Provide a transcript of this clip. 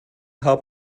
help